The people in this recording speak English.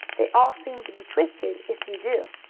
they all seem to be twisted if you do.